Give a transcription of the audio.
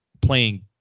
playing